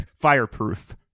fireproof